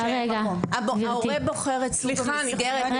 ההורה בוחר את סוג המסגרת --- סליחה,